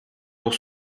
pour